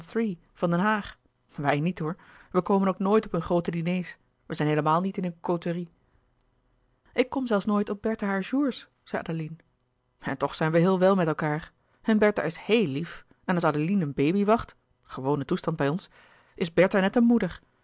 van den haag wij niet hoor wij komen ook nooit op hun groote diners wij zijn heelemaal niet in hun côterie ik kom zelfs nooit op bertha haar jours zei adeline en toch zijn we heel wel met elkaâr en bertha is heél lief en als adeline een baby wacht gewone toestand bij ons is bertha net een moeder